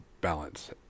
balance